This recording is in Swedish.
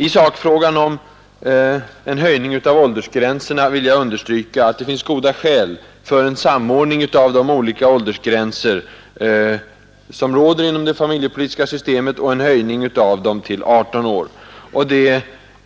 I sakfrågan om en höjning av åldersgränserna vill jag understryka att det finns goda skäl för en samordning av de olika åldersgränser som råder inom det familjepolitiska systemet och en höjning av dem till 18 år. Det